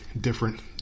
different